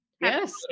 Yes